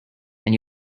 and